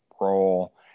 role